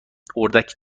اردک